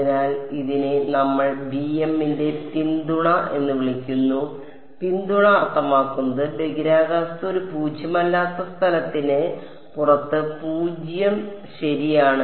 അതിനാൽ ഇതിനെ നമ്മൾ b m ന്റെ പിന്തുണ എന്ന് വിളിക്കുന്നു പിന്തുണ അർത്ഥമാക്കുന്നത് ബഹിരാകാശത്ത് അത് പൂജ്യമല്ലാത്ത സ്ഥലത്തിന് പുറത്ത് 0 ശരിയാണ്